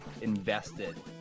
invested